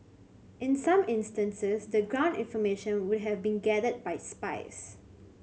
in some instances the ground information would have been gathered by spies